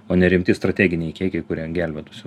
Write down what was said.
o ne rimti strateginiai kiekiai kurie gelbėtųsi